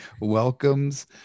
welcomes